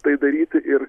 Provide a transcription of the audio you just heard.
tai daryti ir